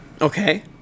Okay